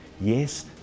Yes